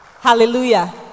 Hallelujah